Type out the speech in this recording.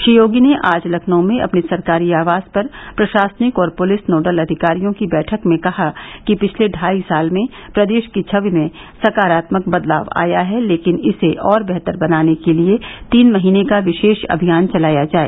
श्री योगी ने आज लखनऊ में अपने सरकारी आवास पर प्रशासनिक और पुलिस नोडल अधिकारियों की बैठक में कहा कि पिछले ढाई साल में प्रदेश की छवि में सकारात्मक बदलाव आया है लेकिन इसे और वेहतर बनाने के लिए तीन महीने का विशेष अभियान चलाया जाए